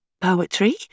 poetry